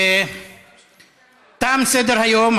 תם סדר-היום.